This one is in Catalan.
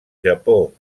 japó